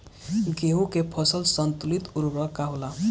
गेहूं के फसल संतुलित उर्वरक का होला?